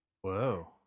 Whoa